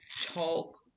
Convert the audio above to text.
talk